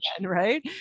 Right